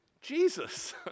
Jesus